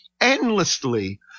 endlessly